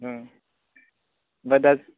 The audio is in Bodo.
ओमफाय दा